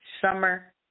summer